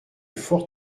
fort